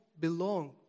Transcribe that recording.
belong